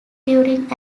during